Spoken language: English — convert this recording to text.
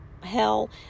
hell